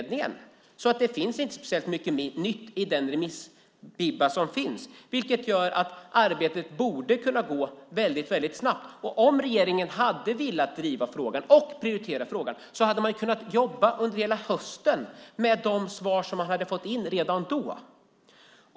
Det finns alltså inte mycket nytt i den remissbibba som föreligger. Det innebär att arbetet borde kunna gå mycket snabbt. Om regeringen velat driva frågan, och prioritera den, kunde man hela hösten ha jobbat med de svar som redan hade kommit in.